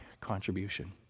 contribution